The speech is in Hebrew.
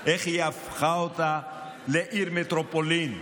איך היא הפכה אותה לעיר מטרופולין,